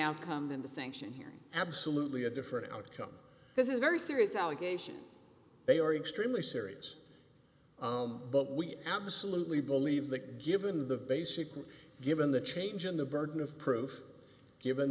outcome in the sanction hearing absolutely a different outcome this is a very serious allegation they are extremely serious but we absolutely believe that given the basically given the change in the burden of proof given